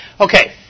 Okay